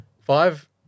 Five